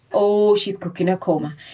oh, she's cooking her korma.